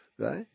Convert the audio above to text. Right